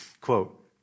Quote